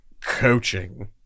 coaching